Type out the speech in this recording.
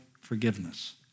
forgiveness